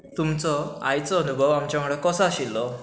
तुमचो आयचो अनुभव आमचे वांगडा कसो आशिल्लो